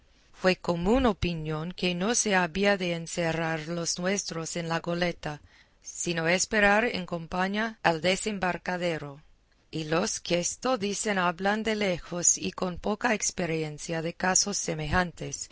fue común opinión que no se habían de encerrar los nuestros en la goleta sino esperar en campaña al desembarcadero y los que esto dicen hablan de lejos y con poca experiencia de casos semejantes